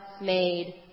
made